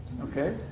Okay